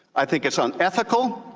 i think it's unethical.